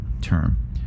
term